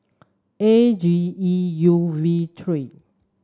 A G E U V three